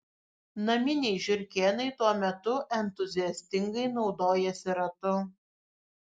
naminiai žiurkėnai tuo metu entuziastingai naudojasi ratu